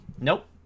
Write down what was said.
Nope